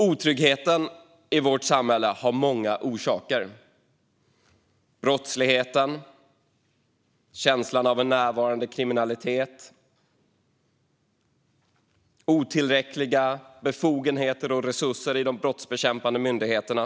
Otryggheten i vårt samhälle har många orsaker: brottslighet, känslan av en närvarande kriminalitet och otillräckliga befogenheter och resurser i de brottsbekämpande myndigheterna.